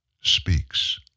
speaks